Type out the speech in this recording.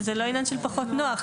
זה לא עניין של פחות נוח.